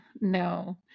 no